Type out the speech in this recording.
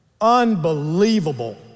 unbelievable